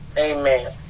Amen